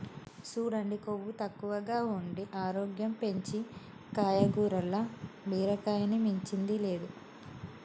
సూడండి కొవ్వు తక్కువగా ఉండి ఆరోగ్యం పెంచీ కాయగూరల్ల బీరకాయని మించింది లేదు